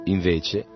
Invece